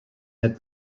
had